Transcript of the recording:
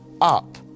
up